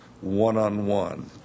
one-on-one